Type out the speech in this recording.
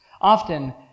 Often